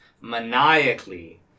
maniacally